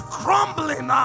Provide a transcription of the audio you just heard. crumbling